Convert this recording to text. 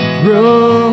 grow